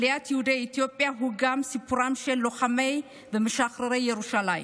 סיפורה של עליית יהודי אתיופיה הוא גם סיפורם של לוחמי ומשחררי ירושלים.